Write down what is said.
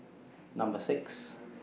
Number six